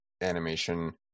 animation